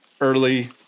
early